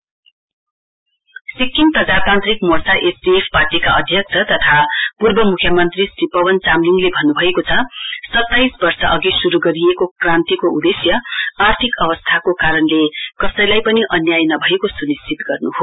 SDF Sikkim प्रजातान्त्रित मोर्चा SDF पार्टीका आध्यक्ष तथा पूर्व म्ख्यमन्त्री क्षी पवन चामलिङले भन्नुभएको छ सताइस वर्षअघि शुरु गरिएको क्रान्तिको उद्देश्य आर्थिक अवस्थाको कारणले कसैलाई पनि अन्याय नभएको सुनिश्चित गर्न् हो